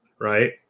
right